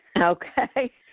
Okay